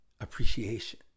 appreciation